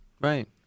right